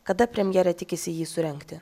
kada premjerė tikisi jį surengti